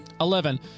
Eleven